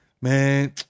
man